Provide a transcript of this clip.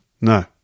No